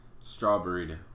strawberry